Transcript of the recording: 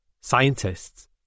scientists